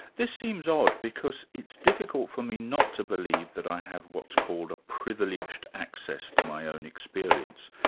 this seems odd, because it's difficult for me not to believe that i have what's called a privileged access to my own experience.